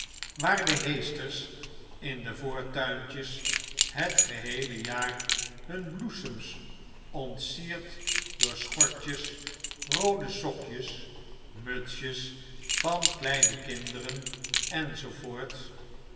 waar de heesters in de voortuintjes het geheele jaar hun bloesems ontsierd door schortjes roode sokjes mutsjes van kleine kinderen